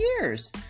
years